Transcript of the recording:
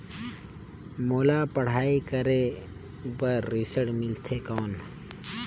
मोला पढ़ाई करे बर ऋण मिलथे कौन?